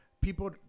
People